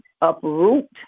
uproot